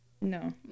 No